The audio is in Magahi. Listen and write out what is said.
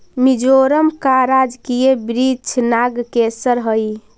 मिजोरम का राजकीय वृक्ष नागकेसर हई